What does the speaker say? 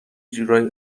جورایی